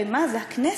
הרי זה הכנסת,